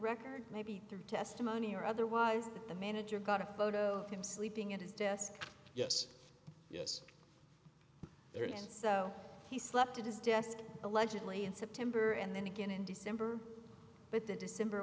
record maybe through testimony or otherwise the manager got a photo of him sleeping at his desk yes yes there is so he slept at his desk allegedly in september and then again in december but that december